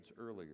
earlier